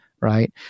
right